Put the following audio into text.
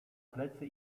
plecy